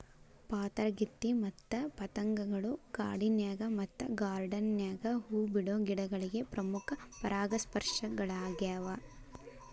ಪಾತರಗಿತ್ತಿ ಮತ್ತ ಪತಂಗಗಳು ಕಾಡಿನ್ಯಾಗ ಮತ್ತ ಗಾರ್ಡಾನ್ ನ್ಯಾಗ ಹೂ ಬಿಡೋ ಗಿಡಗಳಿಗೆ ಪ್ರಮುಖ ಪರಾಗಸ್ಪರ್ಶಕಗಳ್ಯಾವ